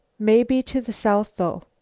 may be to the south, though,